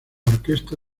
orquesta